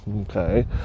okay